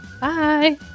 Bye